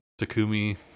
takumi